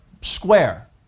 square